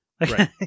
right